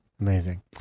Amazing